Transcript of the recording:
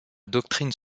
doctrine